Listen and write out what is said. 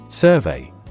Survey